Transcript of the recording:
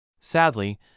Sadly